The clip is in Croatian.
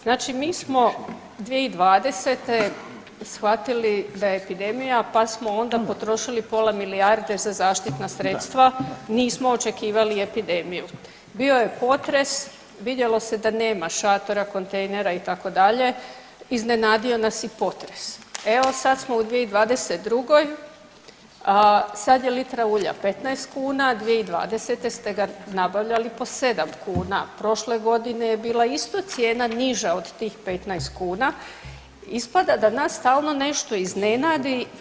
Znači mi smo 2020. shvatili da je epidemija pa smo onda potrošili pola milijarde za zaštitna sredstva nismo očekivali epidemiju, bio je potres vidjelo se da nema šatora, kontejnera itd. iznenadio nas je i potres, evo sad smo u 2022. sada je litra ulja 15 kuna, 2020. ste ga nabavljali po sedam kuna, prošle godine je bila isto cijena niža od tih 15 kuna, ispada da nas stalno nešto iznenadi.